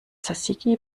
tsatsiki